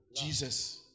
Jesus